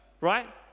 right